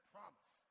Promise